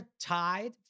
tied